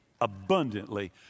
abundantly